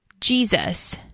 Jesus